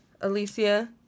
Alicia